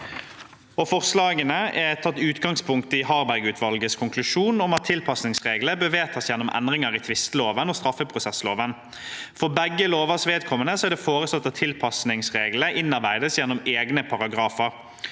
Forslagene har tatt utgangspunkt i Harberg-utvalgets konklusjon om at tilpasningsreglene bør vedtas gjennom endringer i tvisteloven og straffeprosessloven. For begge lovers vedkommende er det foreslått at tilpasningsreglene innarbeides gjennom egne paragrafer.